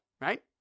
right